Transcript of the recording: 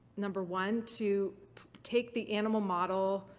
number one, to take the animal model